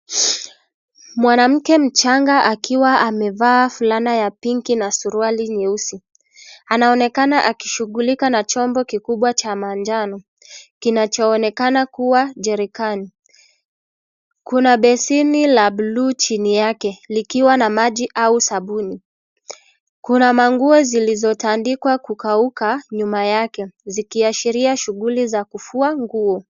Mwanamke mchanga akiwa amevaa fulana ya pinki na suruali nyeusi, anaonekana akishughulika na chombo kikubwa cha manjano, kinachoonekana kuwa jerikani kuna besheni la bluu chini yake likiwa na maji au sabuni, kuna manguo zilizotandikwa kukauka nyuma yake zikiashiria shughuli za kufua nguo.